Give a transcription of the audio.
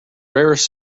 rarest